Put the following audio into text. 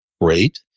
great